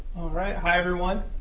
alright, hi everyone.